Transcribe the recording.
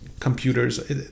computers